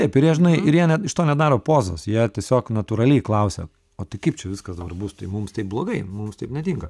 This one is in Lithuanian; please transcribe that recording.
taip ir jie žinai ir jie iš to nedaro pozos jie tiesiog natūraliai klausia o tai kaip čia viskas dabar bus tai mums taip blogai mums taip netinka